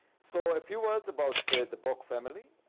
so a few words about the bok family.